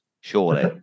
surely